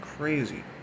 crazy